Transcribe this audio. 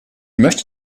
möchte